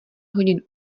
hodin